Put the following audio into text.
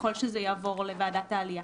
ככל שזה יעבור לוועדת העלייה.